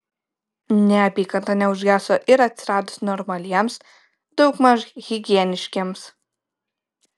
neapykanta neužgeso ir atsiradus normaliems daugmaž higieniškiems